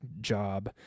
job